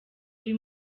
uri